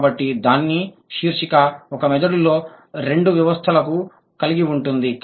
కాబట్టి దాని శీర్షిక ఒక మెదడులో రెండు వ్యవస్థలను కలిగి ఉంటుంది